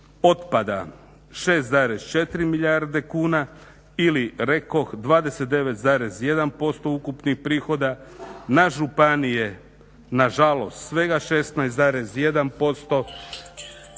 otpada 6,4 milijarde kuna ili rekoh 20,1% ukupnih prihoda. Na županije nažalost svega 16,1%